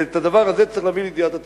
ואת הדבר הזה צריך להביא לידיעת הציבור.